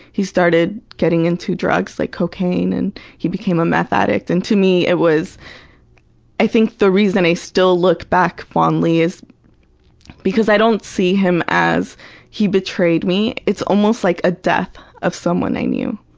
he started getting into drugs like cocaine and he became a meth addict, and to me it was i think the reason i still look back fondly is because i don't see him as he betrayed me. it's almost like a death of someone i knew.